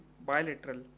bilateral